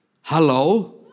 Hello